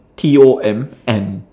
T O M and